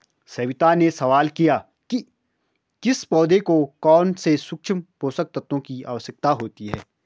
सविता ने सवाल किया कि किस पौधे को कौन से सूक्ष्म पोषक तत्व की आवश्यकता होती है